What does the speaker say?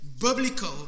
biblical